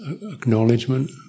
acknowledgement